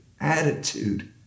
attitude